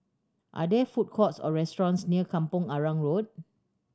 are there food courts or restaurants near Kampong Arang Road